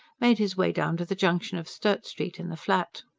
made his way down to the junction of sturt street and the flat.